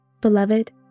Beloved